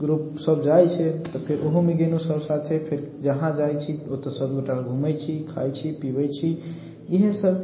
सब ग्रूप सब जाइत छै तऽ फेर ओहोमे गेलहुँ सब साथे फेर जहाँ जाइत छी ओतऽ सब गोटा घूमैत छी खाइत छी पीबैत छी इहे सब